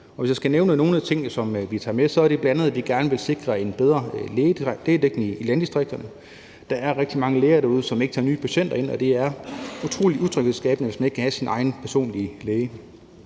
hvis jeg skal nævne nogle af de ting, som vi tager med, så er det bl.a., at vi gerne vil sikre en bedre lægedækning i landdistrikterne. Der er rigtig mange læger derude, som ikke tager nye patienter ind, og det er utrolig utryghedsskabende, hvis man ikke kan have sin egen personlige læge.